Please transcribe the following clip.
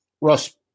Russ